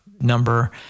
number